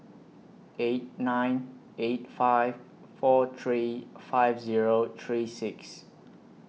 eight nine eight five four three five Zero three six